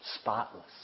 spotless